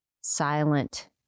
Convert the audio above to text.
silent